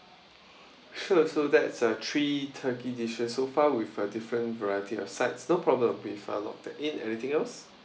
sure so that's uh three turkey dishes so far with a different variety of sides no problem I'll logged that in anything else